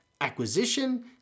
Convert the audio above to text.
acquisition